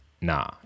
nah